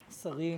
שרים,